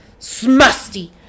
Smusty